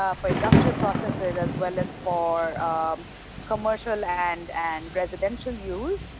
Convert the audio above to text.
ah for industrial processes as well as for um commercial and and residential use,